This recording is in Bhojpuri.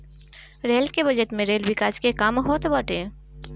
रेल के बजट में रेल विकास के काम होत बाटे